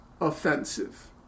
offensive